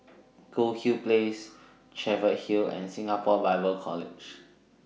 Goldhill Place Cheviot Hill and Singapore Bible College